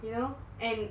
you know and